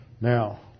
now